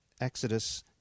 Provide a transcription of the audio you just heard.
Exodus